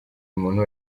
muntu